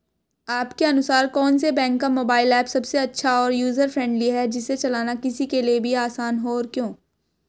आपके अनुसार कौन से बैंक का मोबाइल ऐप सबसे अच्छा और यूजर फ्रेंडली है जिसे चलाना किसी के लिए भी आसान हो और क्यों?